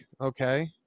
okay